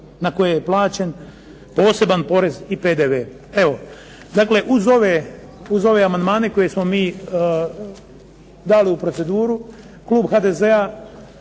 na koje je plaćen poseban porez i PDV. Evo dakle, uz ove amandmane koje smo mi dali u proceduru, klub HDZ-a